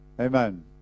Amen